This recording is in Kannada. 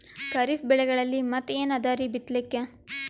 ಖರೀಫ್ ಬೆಳೆಗಳಲ್ಲಿ ಮತ್ ಏನ್ ಅದರೀ ಬಿತ್ತಲಿಕ್?